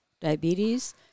diabetes